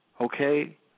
okay